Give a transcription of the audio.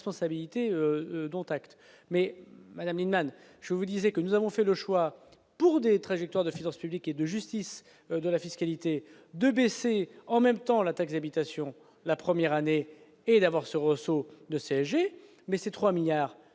dont acte, mais Madame Lienemann je vous disais que nous avons fait le choix pour des trajectoires de finances publiques et de justice, de la fiscalité 2 blessés en même temps la taxe habitation la première année et d'avoir ce Rosso de CSG mais c'est 3 milliards